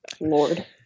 Lord